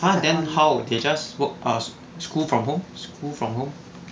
!huh! then how they just work ah school from home school from home